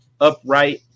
Upright